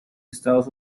estados